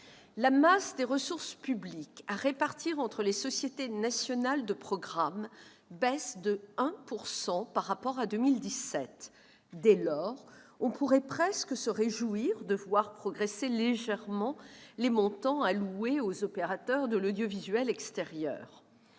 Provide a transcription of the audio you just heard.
la masse des ressources publiques à répartir entre les sociétés nationales de programme baisse de 1 % par rapport à 2017. Dès lors, on pourrait presque se réjouir de voir progresser légèrement les montants alloués aux opérateurs de l'audiovisuel extérieur.